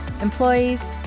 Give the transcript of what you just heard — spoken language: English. employees